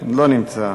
לא נמצא.